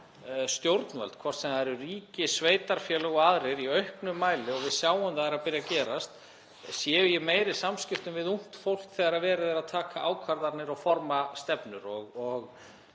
stjórnvöld, hvort sem það er ríki, sveitarfélög eða aðrir, séum í auknum mæli — við sjáum að það er að byrja að gerast — í meiri samskiptum við ungt fólk þegar verið er að taka ákvarðanir og forma stefnur. Ég